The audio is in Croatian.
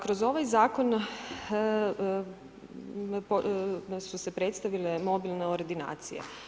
Kroz ovaj zakon su se predstavile mobilne ordinacije.